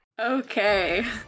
okay